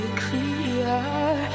clear